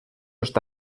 está